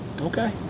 Okay